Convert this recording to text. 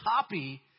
copy